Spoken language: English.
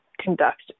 conduct